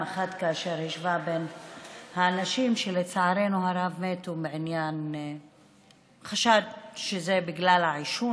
פעם אחת כאשר השווה בין האנשים שלצערנו הרב מתו מחשד שזה בגלל העישון,